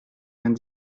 vingt